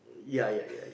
ya ya ya